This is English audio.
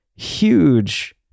Huge